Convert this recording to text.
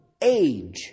age